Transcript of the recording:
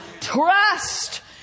trust